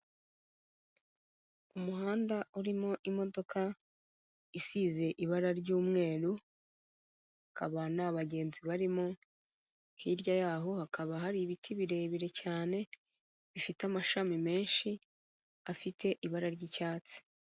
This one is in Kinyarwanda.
Umuhanda urimo imodoka isize ibara ry'umweru, hakaba nta bagenzi barimo, hirya yaho hakaba hari ibiti birebire cyane bifite amashami menshi afite ibara ry'icyatsi.